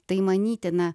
tai manytina